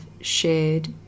shared